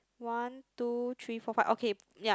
one two three four five okay ya